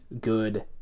good